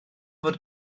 fod